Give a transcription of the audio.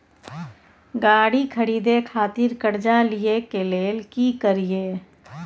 गाड़ी खरीदे खातिर कर्जा लिए के लेल की करिए?